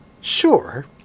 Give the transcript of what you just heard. sure